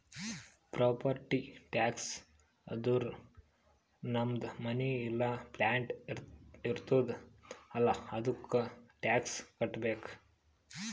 property tax ಅಂದುರ್ ನಮ್ದು ಮನಿ ಇಲ್ಲಾ ಪ್ಲಾಟ್ ಇರ್ತುದ್ ಅಲ್ಲಾ ಅದ್ದುಕ ಟ್ಯಾಕ್ಸ್ ಕಟ್ಟಬೇಕ್